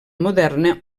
moderna